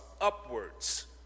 upwards